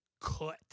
cut